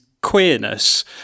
queerness